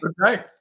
Okay